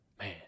man